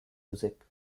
music